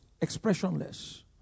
expressionless